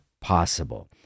possible